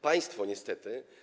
Państwo niestety.